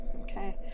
Okay